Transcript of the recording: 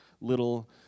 little